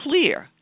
clear